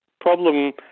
problem